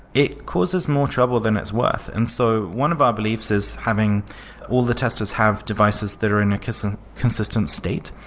it causes more trouble than it's worth. and so one of our beliefs is having all the testers have devices that are in a ah consistent state,